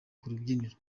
kurubyiniro